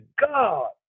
God